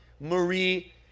Marie